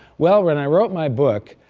well, when i wrote my book,